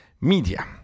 media